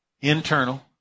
Internal